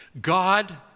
God